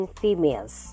females